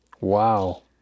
Wow